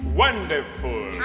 wonderful